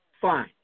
Fine